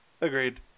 agreed